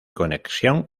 conexión